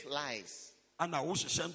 lies